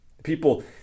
People